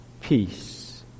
peace